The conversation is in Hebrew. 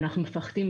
אנחנו מפחדים,